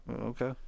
Okay